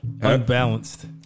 Unbalanced